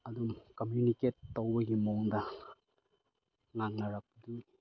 ꯑꯗꯨꯝ ꯀꯝꯃꯨꯅꯤꯀꯦꯠ ꯇꯧꯕꯒꯤ ꯃꯑꯣꯡꯗ ꯉꯥꯡꯅꯔꯛꯄꯗꯨ